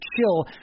chill